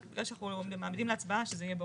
רק בגלל שאנחנו מעמידים להצבעה, שזה יהיה ברור.